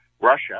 Russia